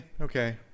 okay